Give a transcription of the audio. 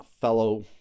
fellow